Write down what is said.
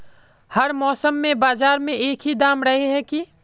हर मौसम में बाजार में एक ही दाम रहे है की?